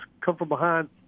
come-from-behind